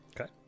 Okay